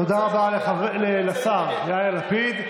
תודה רבה לשר יאיר לפיד.